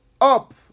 up